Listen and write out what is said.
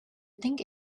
think